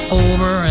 over